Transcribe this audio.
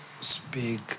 speak